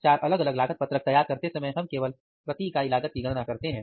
चार अलग अलग लागत पत्रक तैयार करते समय हम केवल प्रति इकाई लागत की गणना करते हैं